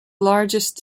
largest